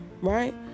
right